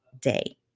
day